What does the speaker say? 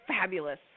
fabulous